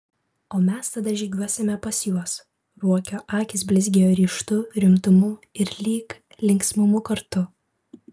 o mes tada žygiuosime pas juos ruokio akys blizgėjo ryžtu rimtumu ir lyg linksmumu kartu